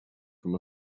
from